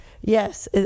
Yes